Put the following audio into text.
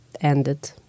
ended